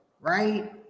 right